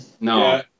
No